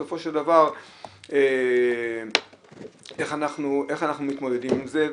בסופו של דבר איך אנחנו מתמודדים עם זה?